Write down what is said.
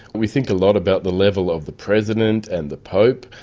we think a lot about the level of the president and the pope,